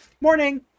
morning